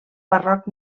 barroc